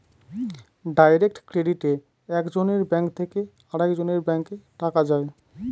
direct ক্রেডিটে এক জনের ব্যাঙ্ক থেকে আরেকজনের ব্যাঙ্কে টাকা যায়